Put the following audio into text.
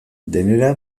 denera